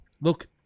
Look